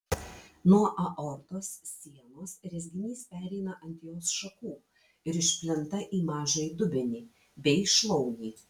nuo aortos sienos rezginys pereina ant jos šakų ir išplinta į mažąjį dubenį bei šlaunį